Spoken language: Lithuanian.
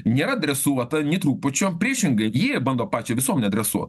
nėra dresuota nė trupučio priešingai ji bando pačią visuomenę dresuot